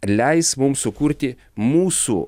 leis mums sukurti mūsų